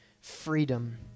freedom